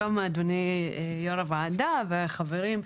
שלום אדוני יו"ר הוועדה וחברים.